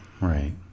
Right